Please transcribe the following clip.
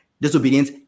disobedience